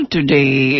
Today